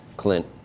Clint